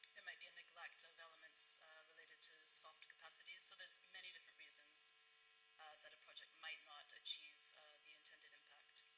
there might be a neglect of elements related to soft capacity. so there's many different reasons that a project might not achieve the intended impact.